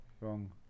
wrong